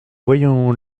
voyons